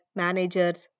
managers